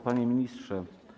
Panie Ministrze!